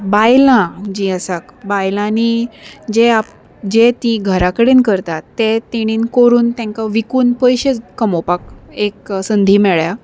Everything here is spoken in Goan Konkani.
बायलां जीं आसा बायलांनी जे जे तीं घराकडेन करतात ते तेणीन करून तेंकां विकून पयशे कमोवपाक एक संंदी मेळ्ळ्या